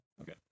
Okay